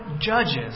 judges